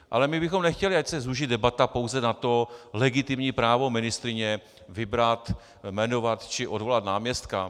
Ale my bychom nechtěli, ať se zúží debata pouze na to legitimní právo ministryně vybrat, jmenovat či odvolat náměstka.